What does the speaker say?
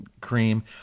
cream